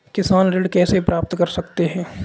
किसान ऋण कैसे प्राप्त कर सकते हैं?